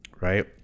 right